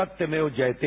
सत्यमेव जयते